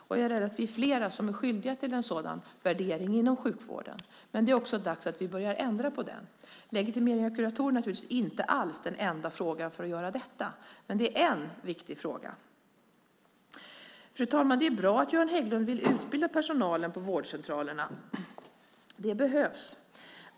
Jag är också rädd att vi är flera som är skyldiga till en sådan värdering inom sjukvården. Men det är också dags att börja ändra på det. Legitimering av kuratorerna är naturligtvis inte alls den enda frågan för att göra detta. Men det är en viktig fråga. Fru talman! Det är bra att Göran Hägglund vill utbilda personalen på vårdcentralerna. Det behövs.